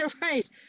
right